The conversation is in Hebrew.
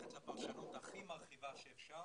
זו מלאכת הפרשנות הכי מרחיבה שאפשר